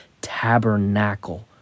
tabernacle